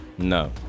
No